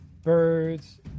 Birds